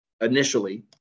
initially